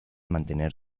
mantener